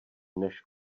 než